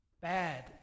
bad